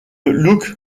lough